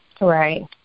Right